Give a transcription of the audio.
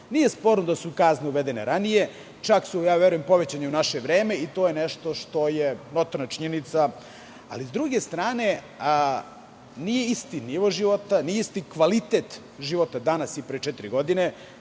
Nije sporno da su kazne uvedene ranije, čak su i povećane u naše vreme i to je nešto što je notorna činjenica. Sa druge strane, nije isti nivo života, nije isti kvalitet života danas i pre četiri godine,